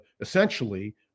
essentially